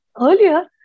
earlier